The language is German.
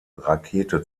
rakete